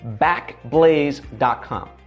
backblaze.com